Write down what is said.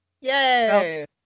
Yay